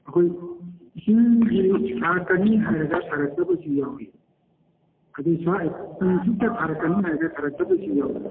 ꯑꯩꯈꯣꯏ ꯏꯁꯤꯡꯁꯤ ꯊꯥꯔꯛꯀꯅꯤ ꯍꯥꯏꯔꯒ ꯊꯥꯔꯛꯇꯕꯁꯨ ꯌꯥꯎꯏ ꯑꯗꯨ ꯁ꯭ꯋꯥꯏ ꯄꯨꯡ ꯑꯁꯨꯛꯇ ꯊꯔꯛꯀꯅꯤ ꯍꯥꯏꯔꯒ ꯊꯔꯛꯇꯕꯁꯨ ꯌꯥꯎꯏ